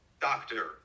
doctor